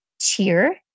Cheer